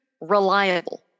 reliable